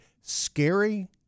scary